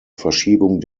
verschiebung